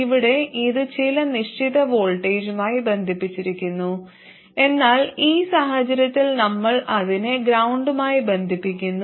ഇവിടെ ഇത് ചില നിശ്ചിത വോൾട്ടേജുമായി ബന്ധിപ്പിച്ചിരിക്കുന്നു എന്നാൽ ഈ സാഹചര്യത്തിൽ നമ്മൾ അതിനെ ഗ്രൌണ്ടുമായി ബന്ധിപ്പിക്കുന്നു